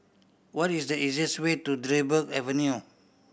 what is the easiest way to Dryburgh Avenue